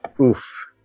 Oof